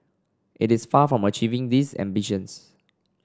it is far from achieving these ambitions